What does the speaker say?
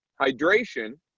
hydration